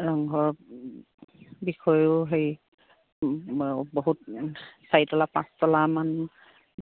ৰংঘৰ বিষয়েও হেৰি বহুত চাৰি তলা পাঁচ তলামান